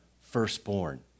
firstborn